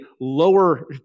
lower